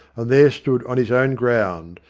there stood on his own ground,